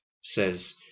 says